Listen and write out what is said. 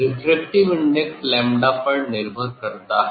refractive index '𝝺' पर निर्भर करता है